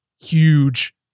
huge